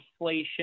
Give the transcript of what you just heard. inflation